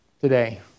today